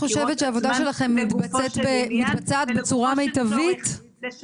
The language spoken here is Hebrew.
החקירות לגופו של עניין ולגופו של צורך.